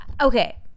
Okay